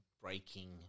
breaking